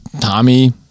Tommy